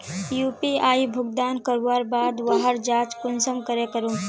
UPI भुगतान करवार बाद वहार जाँच कुंसम करे करूम?